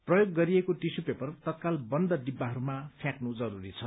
प्रयोग गरिएको tissue paper तत्काल बन्द डिब्बाहरूमा फ्याँक्नु जरूरी छ